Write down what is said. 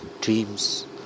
Dreams